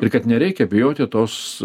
ir kad nereikia bijoti tos